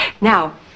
Now